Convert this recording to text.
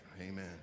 Amen